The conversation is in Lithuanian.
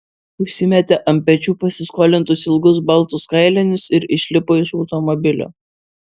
užsimetė ant pečių pasiskolintus ilgus baltus kailinius ir išlipo iš automobilio